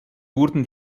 wurden